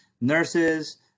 Nurses